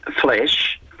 flesh